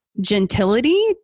gentility